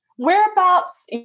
Whereabouts